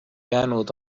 jäänud